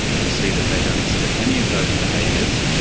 you'll see that they don't exhibit any of those behaviours.